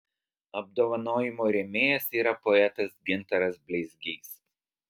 apdovanojimo rėmėjas yra poetas gintaras bleizgys